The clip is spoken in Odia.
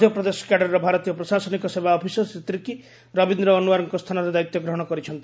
ମଧ୍ୟପ୍ରଦେଶ କ୍ୟାଡର୍ର ଭାରତୀୟ ପ୍ରଶାସନିକ ସେବା ଅଫିସର୍ ଶ୍ରୀ ତିର୍କୀ ରବୀନ୍ଦ୍ର ଅନ୍ୱାର୍ଙ୍କ ସ୍ଥାନରେ ଦାୟିତ୍ୱ ଗ୍ରହଣ କରିଛନ୍ତି